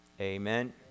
Amen